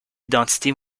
identité